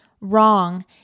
wrong